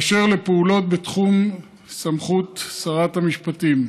באשר לפעולות בתחום סמכות שרת משפטים,